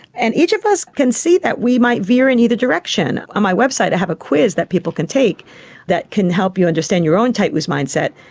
and each of us can see that we might veer in either direction. on my website i have a quiz that people can take that can help you understand your own tight loose mindset.